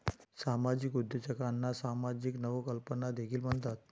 सामाजिक उद्योजकांना सामाजिक नवकल्पना देखील म्हणतात